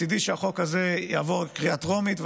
מצידי שהחוק הזה יעבור בקריאה הטרומית,